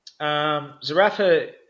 Zarafa